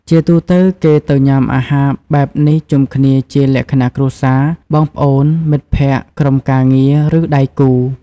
ជាទូទៅ គេទៅញុំាអាហារបែបនេះជុំគ្នាជាលក្ខណៈគ្រួសារ បងប្អូន មិត្តភក្តិ ក្រុមការងារ ឬដៃគូ។